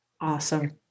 awesome